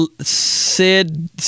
Sid